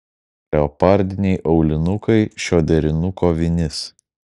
leopardiniai aulinukai šio derinuko vinis